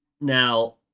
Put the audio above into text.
Now